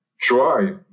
try